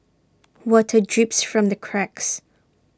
water drips from the cracks